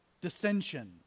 dissension